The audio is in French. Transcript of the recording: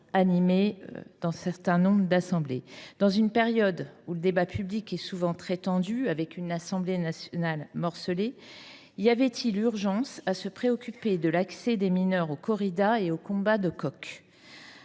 des échanges vifs et animés. Dans une période où le débat public est souvent très tendu, avec une Assemblée nationale morcelée, y avait il urgence à se préoccuper de l’accès des mineurs aux corridas et aux combats de coqs ?